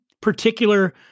particular